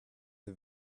the